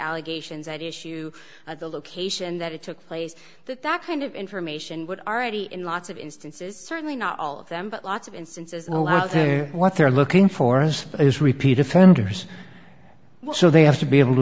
allegations at issue of the location that it took place that that kind of information would already be in lots of instances certainly not all of them but lots of instances all out there what they're looking for us is repeat offenders well so they have to be able to